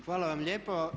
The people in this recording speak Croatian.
Hvala vam lijepo.